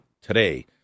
today